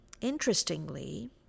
Interestingly